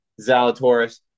Zalatoris